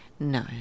No